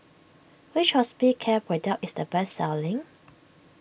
which Hospicare product is the best selling